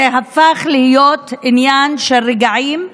זה הפך להיות עניין של רגעים,